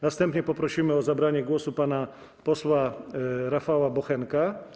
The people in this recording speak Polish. Następnie poprosimy o zabranie głosu pana posła Rafała Bochenka.